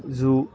zoo